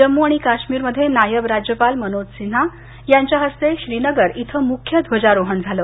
जम्मू आणि काश्मीरमध्ये नायब राज्यपाल मनोज सिन्हा यांच्या हस्ते श्रीनगर इथं मुख्य ध्वजारोहण झाल